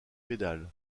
pédales